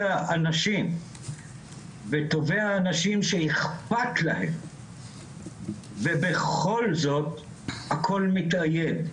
האנשים וטובי האנשים שאכפת להם ובכל זאת הכול מתאייד,